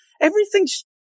Everything's